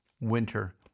winter